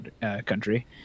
country